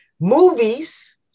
Movies